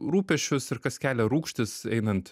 rūpesčius ir kas kelia rūgštis einant